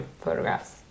photographs